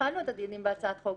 כשהתחלנו את הדיונים בהצעת החוק,